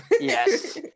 Yes